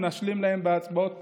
בהצבעות פה,